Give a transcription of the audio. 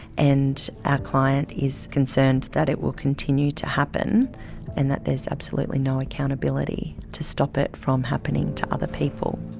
and our client is concerned that it will continue to happen and that there's absolutely no accountability to stop it from happening to other people.